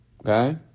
okay